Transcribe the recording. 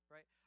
Right